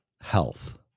health